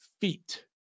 feet